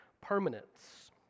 permanence